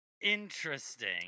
Interesting